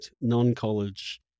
non-college